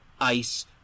ICE